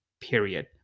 Period